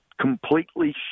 completely